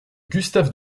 gustave